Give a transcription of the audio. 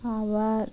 আবার